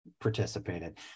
participated